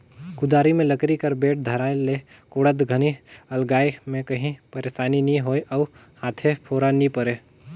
कुदारी मे लकरी कर बेठ धराए ले कोड़त घनी अलगाए मे काही पइरसानी नी होए अउ हाथे फोरा नी परे